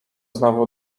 znowu